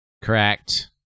Correct